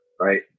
Right